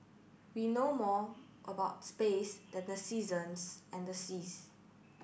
we know more about space than the seasons and the seas